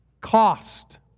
Cost